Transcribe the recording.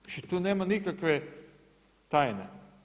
Znači tu nema nikakve tajne.